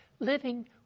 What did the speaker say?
living